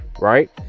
right